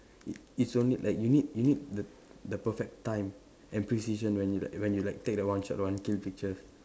it it's only like you need you need the the perfect time and precision when you like when you like take the one shoot one kill picture